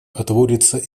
отводится